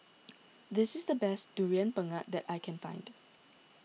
this is the best Durian Pengat that I can find